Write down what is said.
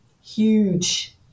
huge